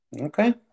Okay